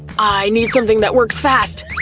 i need something that works fast.